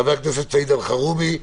חבר הכנסת סעיד אלחרומי,